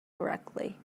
correctly